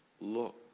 look